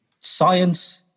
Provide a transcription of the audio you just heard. science